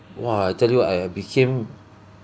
!wah! I tell you I I became